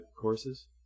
courses